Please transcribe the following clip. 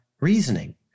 reasoning